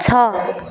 छ